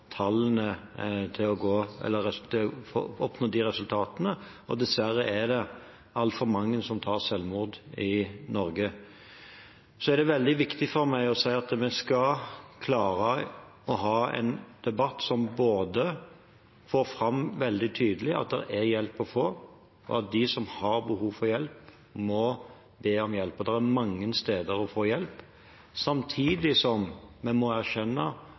oppnå de resultatene. Dessverre er det altfor mange som begår selvmord i Norge. Så er det veldig viktig for meg å si at vi skal klare å ha en debatt som får fram veldig tydelig både at det er hjelp å få, og at de som har behov for hjelp, må be om hjelp – og det er mange steder å få hjelp – samtidig som vi må erkjenne